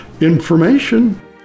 Information